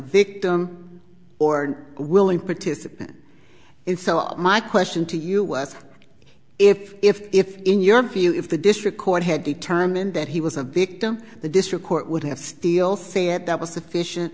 victim or an willing participant in so my question to us if if if in your view if the district court had determined that he was a victim the district court would have still say it that was sufficient